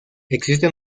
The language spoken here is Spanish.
existe